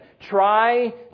Try